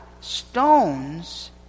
stones